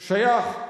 שייך.